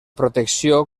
protecció